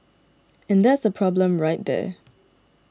and that's the problem right there